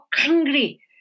angry